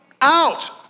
out